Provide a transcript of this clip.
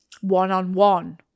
one-on-one